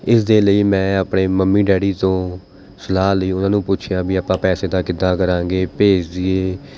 ਇਸ ਦੇ ਲਈ ਮੈਂ ਆਪਣੇ ਮੰਮੀ ਡੈਡੀ ਤੋਂ ਸਲਾਹ ਲਈ ਉਨ੍ਹਾਂ ਨੂੰ ਪੁੱਛਿਆ ਵੀ ਆਪਾਂ ਪੈਸੇ ਦਾ ਕਿੱਦਾ ਕਰਾਂਗੇ ਭੇਜ ਦੇਈਏ